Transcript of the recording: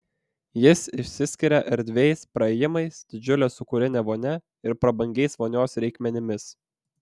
jis išsiskiria erdviais praėjimais didžiule sūkurine vonia ir prabangiais vonios reikmenimis